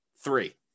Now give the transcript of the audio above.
three